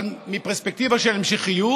אבל מפרספקטיבה של המשכיות